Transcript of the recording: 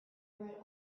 read